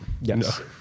Yes